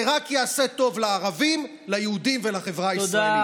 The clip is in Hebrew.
זה רק יעשה טוב לערבים, ליהודים ולחברה הישראלית.